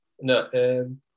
no